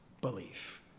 belief